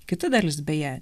kita dalis beje